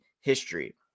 history